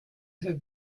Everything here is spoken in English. have